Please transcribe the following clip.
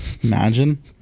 Imagine